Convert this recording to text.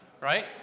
right